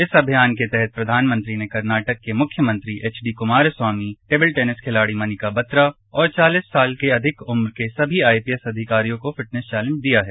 इस अभियान के तहत प्रधानमंत्री ने कर्नाटक के मुख्यमंत्री ने H D Kumaraswamy table tennis खिलाड़ी मनिका बत्रा और चालीस साल से अधिक उम्र के सभी आई पी एस अधिकारियों को फिटनेस चौलेंज दिया है